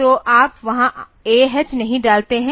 तो आप वहां AH नहीं डालते हैं